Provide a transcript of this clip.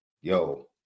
Yo